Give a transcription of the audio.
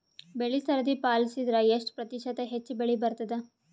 ಬೆಳಿ ಸರದಿ ಪಾಲಸಿದರ ಎಷ್ಟ ಪ್ರತಿಶತ ಹೆಚ್ಚ ಬೆಳಿ ಬರತದ?